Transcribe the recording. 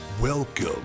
Welcome